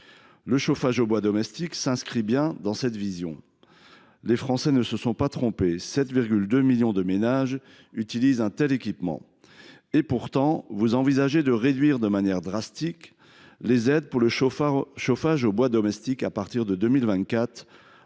Le chauffage au bois domestique s’inscrit bien dans cette vision. Les Français ne s’y sont pas trompés : 7,2 millions de ménages utilisent un tel équipement ! Pourtant, vous envisagez de réduire de manière drastique les aides pour le chauffage au bois domestique à partir de 2024,